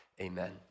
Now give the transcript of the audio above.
amen